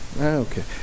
okay